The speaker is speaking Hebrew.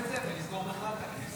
אפשר לשפץ גם את זה ולסגור בכלל את הכנסת.